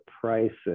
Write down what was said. prices